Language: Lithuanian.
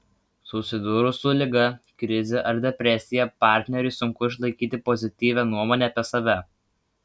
susidūrus su liga krize ar depresija partneriui sunku išlaikyti pozityvią nuomonę apie save